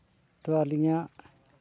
ᱛᱚ ᱟᱹᱞᱤᱧᱟᱜ